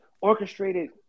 orchestrated